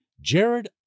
Jared